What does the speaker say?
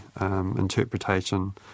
interpretation